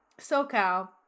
SoCal